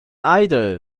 idol